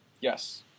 Yes